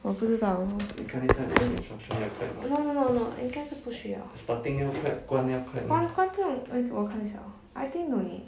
我不知道 no no no no 应该是不需要关关不用 eh 我看一下 oh I think no need